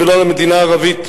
ולא על המדינה הערבית.